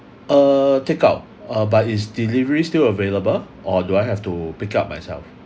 uh take out uh but is delivery still available or do I have to pick up myself